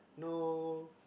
know